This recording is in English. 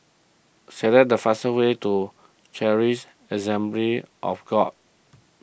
select the fastest way to Charis Assembly of God